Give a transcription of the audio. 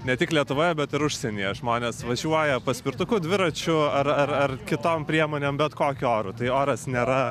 ne tik lietuvoje bet ir užsienyje žmonės važiuoja paspirtuku dviračiu ar ar ar kitom priemonėm bet kokiu oru tai oras nėra